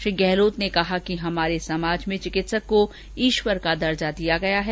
श्री गहलोत ने कहा कि हमारे समाज में चिकित्सक को ईश्वर का दर्जो दिया गया है